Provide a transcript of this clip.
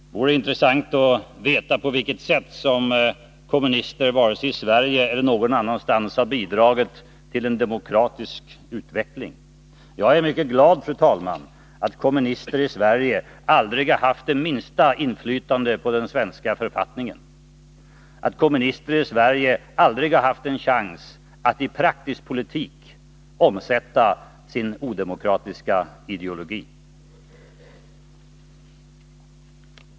Det vore intressant att få veta på vilket sätt kommunister vare sig i Sverige eller någon annanstans bidragit till en demokratisk utveckling. Jag är mycket glad, fru talman, över att kommunisterna i Sverige aldrig har haft det minsta inflytande på den svenska författningen och att kommunisterna i Sverige aldrig har haft en chans att i praktisk politik omsätta sin odemokratiska ideologi.